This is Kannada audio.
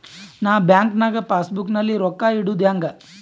ನಾ ಬ್ಯಾಂಕ್ ನಾಗ ಪಾಸ್ ಬುಕ್ ನಲ್ಲಿ ರೊಕ್ಕ ಇಡುದು ಹ್ಯಾಂಗ್?